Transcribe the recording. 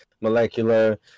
Molecular